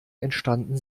entstanden